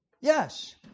Yes